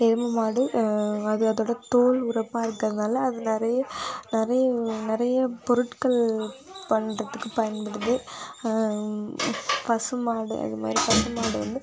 எருமை மாடு அது அதோடய தோல் உரப்பாக இருக்கிறதுனால அது நிறைய நிறைய உ நிறைய பொருட்கள் பண்ணுறத்துக்கு பயன்படுது பசு மாடு அது மாதிரி பசு மாடு வந்து